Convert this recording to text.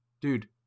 Dude